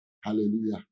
Hallelujah